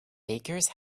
bakers